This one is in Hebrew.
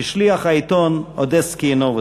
כשליח העיתון "אודסקיה נובוסטי".